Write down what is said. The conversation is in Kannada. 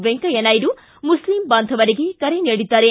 ವ್ಲೆಂಕಯ್ಯ ನಾಯ್ಡು ಮುಸ್ಲಿಂ ಬಾಂಧವರಿಗೆ ಕರೆ ನೀಡಿದ್ದಾರೆ